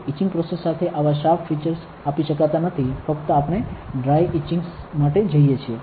etching process સાથે આવા sharp features આપી શકાતા નથી ફક્ત આપણે ડ્રાય ઇચીંગ માટે જઇએ છીએ